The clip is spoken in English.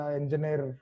engineer